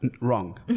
Wrong